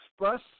Express